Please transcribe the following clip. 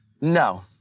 no